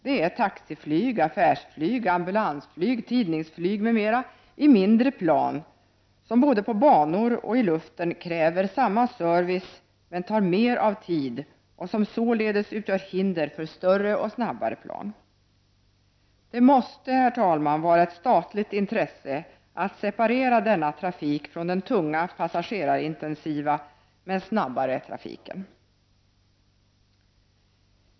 Det är taxiflyg, affärsflyg, ambu lansflyg, tidningsflyg m.m. i mindre plan, som både på banor och i luften kräver samma service men tar mer av tid och således utgör hinder för större och snabbare plan. Det måste, herr talman, vara ett statligt intresse att separera denna trafik från den tunga, passagerarintensiva men snabbare trafiken.